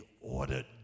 ordered